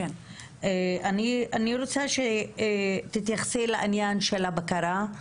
אני רוצה שתתייחסי לעניין של הבקרה,